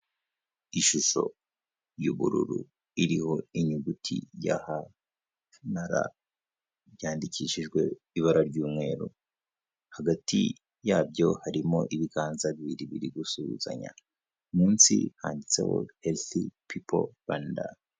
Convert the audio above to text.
Ishusho y'ubururu iriho inyuguti ya H na R byandikishijwe ibara ry'umweru, hagati yabyo harimo ibiganza bibiri biri gusuhuzanya, munsi handitseho healthy peaple Rwanda.